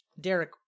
derek